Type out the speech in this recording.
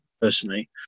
personally